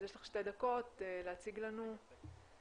אז יש לך שתי דקות להציג לנו, בבקשה.